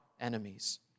enemies